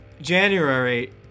January